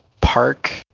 park